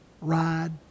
ride